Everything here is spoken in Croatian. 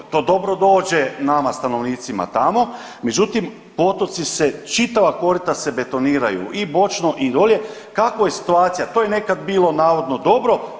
To dobro dođe nama stanovnicima tamo, međutim potoci se čitava korita se betoniraju i bočno i dolje kakva je situacija, to je nekad navodno bilo dobro.